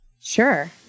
Sure